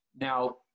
Now